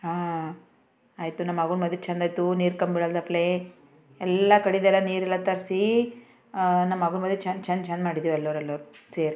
ಹಾಂ ಆಯ್ತು ನಮ್ಮ ಮಗನ ಮದುವೆ ಚೆಂದ ಆಯ್ತು ನೀರು ಕಮ್ಮಿ ಬೀಳದಪ್ಲೇ ಎಲ್ಲ ಕಡಿಂದೆಲ್ಲ ನೀರೆಲ್ಲ ತರಿಸಿ ನಮ್ಮಗನ ಮದುವೆ ಚೆಂದ ಚೆಂದ ಚೆಂದ ಮಾಡಿದೆವು ಎಲ್ಲರೆಲ್ಲರೂ ಸೇರಿ